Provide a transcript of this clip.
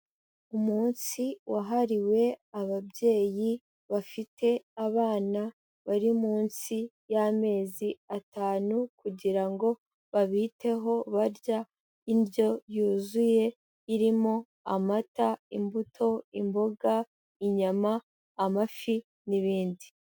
Umunsi wahariwe ababyeyi bafite abana bari munsi y'amezi atanu kugira ngo babiteho barya indyo yuzuye irimo amata, imbuto, imboga, inyama, amafi n'ibindi.